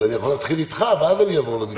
אני יכול להתחיל איתך, ואז אני אעבור למישהו אחר.